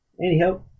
anyhow